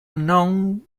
known